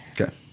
Okay